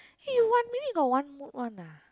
hey one minute you got one mood one ah